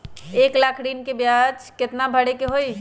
एक लाख ऋन के ब्याज केतना भरे के होई?